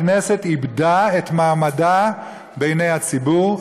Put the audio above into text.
הכנסת איבדה את מעמדה בעיני הציבור.